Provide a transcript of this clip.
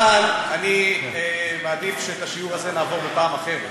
אבל אני מעדיף שאת השיעור הזה נעבור בפעם אחרת,